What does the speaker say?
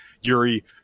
yuri